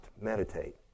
meditate